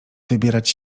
wybierać